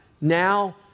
now